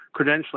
credentialing